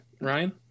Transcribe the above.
Ryan